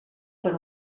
per